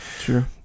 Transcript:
Sure